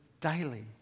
daily